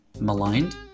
maligned